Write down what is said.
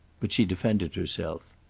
but she defended herself.